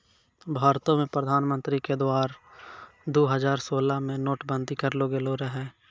भारतो मे प्रधानमन्त्री के द्वारा दु हजार सोलह मे नोट बंदी करलो गेलो रहै